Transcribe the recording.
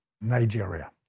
Nigeria